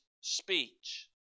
speech